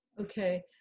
Okay